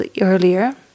earlier